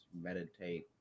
meditate